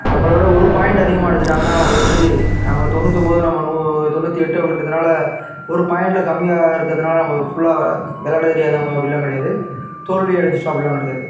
நம்பளை விட ஒரு பாய்ண்ட் அதிகமாக எடுத்துட்டாங்கன்னால் அவங்க வெற்றி அவங்க தொண்ணூற்றொம்போது நம்ம தொண்ணூற்றி எட்டு அப்படின்றதுனால ஒரு பாய்ண்ட்டில் கம்மியாக இருக்கறதுனால் நம்மளுக்கு ஃபுல்லாக விளையாட தெரியாது அப்படின்லாம் கிடையாது தோல்வி அடைஞ்சிட்டோம் அப்படில்லாம் கிடையாது